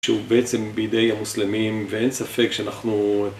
שהוא בעצם בידי המוסלמים ואין ספק שאנחנו